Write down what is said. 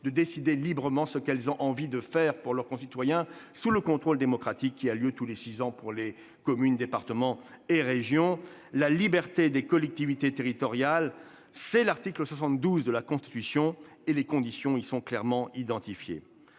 de décider librement ce qu'elles ont envie de faire pour leurs concitoyens, sous le contrôle démocratique qui intervient tous les six ans pour les communes, les départements et les régions. La liberté des collectivités territoriales, c'est l'article 72 de la Constitution, et les conditions y sont clairement identifiées.